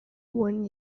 one